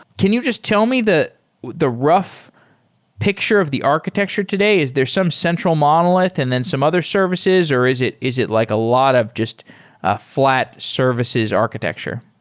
can you just tell me the the rough picture of the architecture today? is there some central monolith and then some other services, or is it is it like a lot of just a flat services architecture?